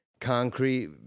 concrete